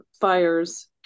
fires